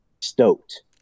Stoked